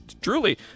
truly